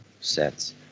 sets